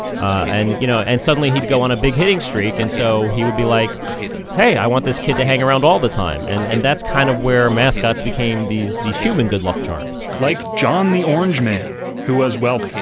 and you know, and suddenly he'd go on a big hitting streak and so he would be like hey, i want this kid to hang around all the time. and and that's kind of where mascots became these these human good luck charms like john the orange man, who was well,